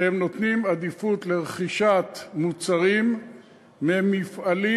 שהם נותנים עדיפות לרכישת מוצרים ממפעלים